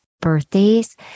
birthdays